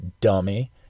dummy